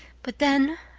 but then,